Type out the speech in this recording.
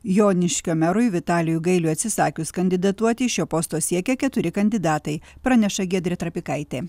joniškio merui vitalijui gailiui atsisakius kandidatuoti šio posto siekia keturi kandidatai praneša giedrė trapikaitė